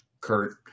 Kurt